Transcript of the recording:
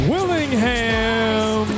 Willingham